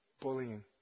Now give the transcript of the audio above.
Bullying